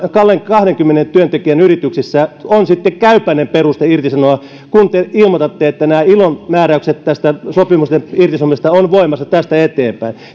kahdenkymmenen työntekijän yrityksissä on sitten käypäinen peruste irtisanoa kun te ilmoitatte että nämä ilon määräykset tästä sopimusten irtisanomisesta on voimassa tästä eteenpäin